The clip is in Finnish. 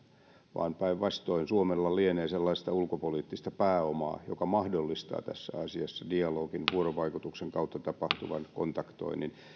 vaan päinvastoin suomella lienee sellaista ulkopoliittista pääomaa joka mahdollistaa tässä asiassa dialogin vuorovaikutuksen kautta tapahtuvan kontaktoinnin